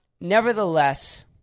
nevertheless